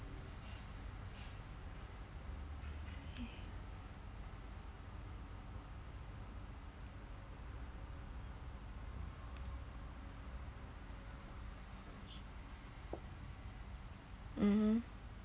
mmhmm